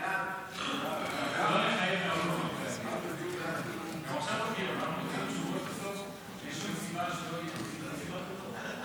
ההצעה להעביר את הנושא לוועדת הכלכלה נתקבלה.